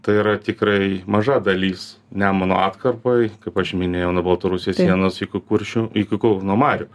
tai yra tikrai maža dalis nemuno atkarpoj kaip aš minėjau nuo baltarusijos sienos iki kuršių iki kauno marių